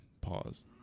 Pause